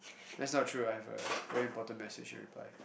that's not true I have a very important message to reply